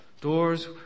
doors